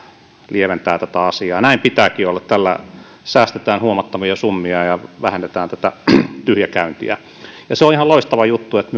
lieventää tätä asiaa näin pitääkin olla tällä säästetään huomattavia summia ja vähennetään tätä tyhjäkäyntiä se on ihan loistava juttu että